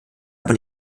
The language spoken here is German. aber